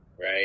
right